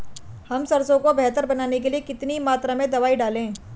हम सरसों को बेहतर बनाने के लिए कितनी मात्रा में दवाई डालें?